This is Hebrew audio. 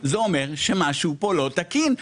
משהו לא תקין.